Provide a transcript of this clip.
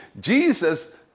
Jesus